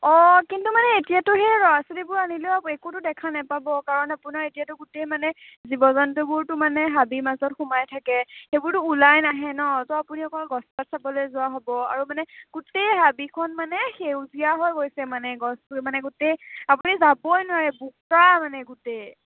অ কিন্তু মানে এতিয়াতো সেই ল'ৰা ছোৱালীবোৰ আনিলেও একোতো দেখা নাপাব কাৰণ আপোনাৰ এতিয়াতো গোটেই মানে জীৱ জন্তুবোৰতো মানে হাবিৰ মাজত সোমাই থাকে সেইবোৰতো ওলাই নাহে ন' তো আপুনি অকল গছ বন চাবলৈ যোৱা হ'ব আৰু মানে গোটেই হাবিখন মানে সেউজীয়া হৈ গৈছে মানে গছবোৰ মানে গোটেই আপুনি যাবই নোৱাৰে বোকা মানে গোটেই